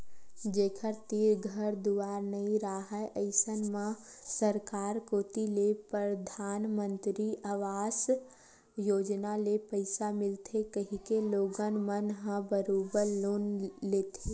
जेखर तीर घर दुवार नइ राहय अइसन म सरकार कोती ले परधानमंतरी अवास योजना ले पइसा मिलथे कहिके लोगन मन ह बरोबर लोन लेथे